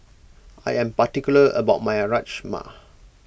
I am particular about my Rajma